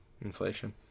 Inflation